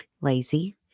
lazy